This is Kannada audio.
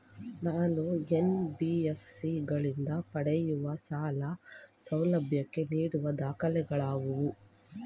ನಾನು ಎನ್.ಬಿ.ಎಫ್.ಸಿ ಗಳಿಂದ ಪಡೆಯುವ ಸಾಲ ಸೌಲಭ್ಯಕ್ಕೆ ನೀಡುವ ದಾಖಲಾತಿಗಳಾವವು?